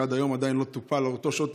שעד היום עדיין לא טופל אותו שוטר,